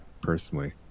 personally